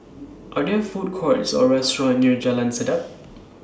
Are There Food Courts Or restaurants near Jalan Sedap